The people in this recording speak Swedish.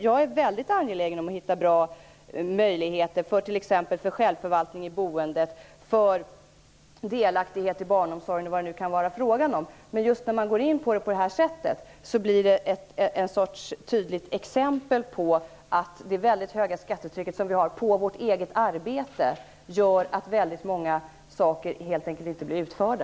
Jag är väldigt angelägen om att hitta bra möjligheter till exempelvis självförvaltning i boendet, delaktighet i barnomsorgen osv., men det här tillvägagångssättet blir ett tydligt exempel på att det höga skattetrycket på eget arbete leder till att många saker helt enkelt inte blir utförda.